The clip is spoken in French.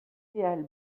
réal